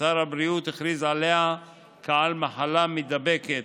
ששר הבריאות הכריז עליה כעל מחלה מידבקת,